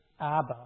Abba